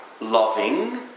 loving